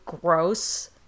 gross